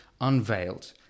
Unveiled